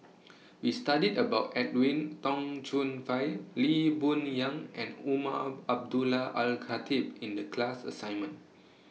We studied about Edwin Tong Chun Fai Lee Boon Yang and Umar Abdullah Al Khatib in The class assignment